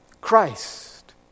Christ